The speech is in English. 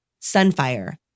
Sunfire